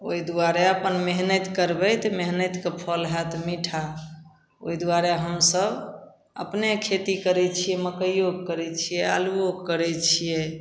ओहि दुआरे अपन मेहनति करबै तऽ मेहनतिके फल हैत मीठा ओहि दुआरे हमसभ अपने खेती करै छी मकैओके करै छिए आलुओके करै छिए